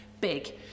big